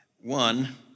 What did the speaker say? One